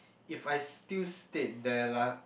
if I still stayed that lah